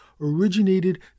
originated